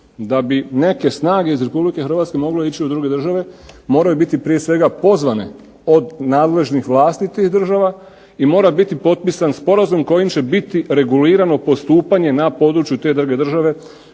da bi neke snage iz RH mogle ići u druge države moraju biti prije svega pozvane od nadležnih vlasti tih država i mora biti potpisan sporazum kojim će biti regulirano postupanje na području te druge države,